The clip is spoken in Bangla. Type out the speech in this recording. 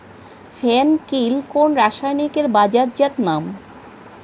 ফেন কিল কোন রাসায়নিকের বাজারজাত নাম?